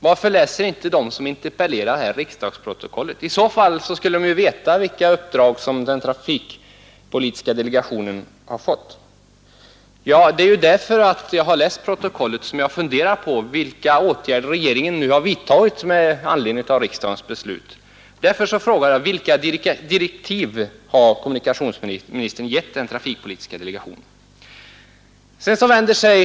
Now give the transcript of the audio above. Vad är 30 000 kronor för den regionala trafiken inom ett län?